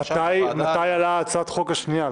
מתי עלתה הצעת החוק השנייה?